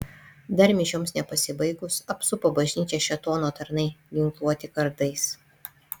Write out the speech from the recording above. dar mišioms nepasibaigus apsupo bažnyčią šėtono tarnai ginkluoti kardais